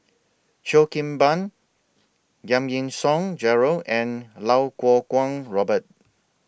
Cheo Kim Ban Giam Yean Song Gerald and Lau Kuo Kwong Robert